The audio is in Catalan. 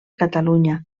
catalunya